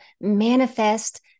manifest